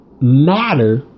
matter